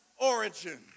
origin